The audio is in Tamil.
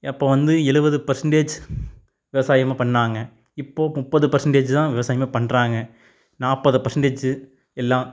அப்போ வந்து எழுவது பர்சன்டேஜ் விவசாயமும் பண்ணிணாங்க இப்போ முப்பது பர்சன்டேஜ் தான் விவசாயமே பண்ணுறாங்க நாற்பது பர்சன்டேஜ்ஜூ எல்லாம்